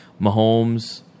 Mahomes